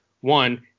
One